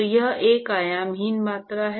तो यह एक आयामहीन मात्रा है